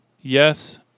Yes